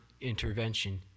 intervention